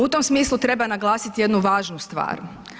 U tom smislu treba naglasiti jednu važnu stvar.